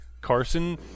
Carson